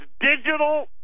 digital